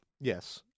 Yes